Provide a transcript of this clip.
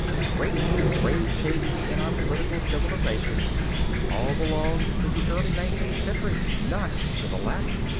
the great and grave changes in our political civilization all belonged to the early nineteenth century, not to the later.